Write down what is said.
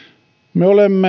me perussuomalaiset olemme